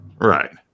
right